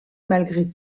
malgré